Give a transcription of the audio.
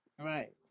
Right